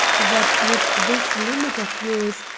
that, with this limit of yours,